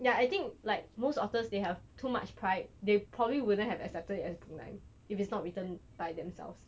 ya I think like most authors they have too much pride they probably wouldn't have accepted it as book nine if it's not written by themselves